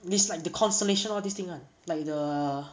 it's like the constellation all this thing [one] like the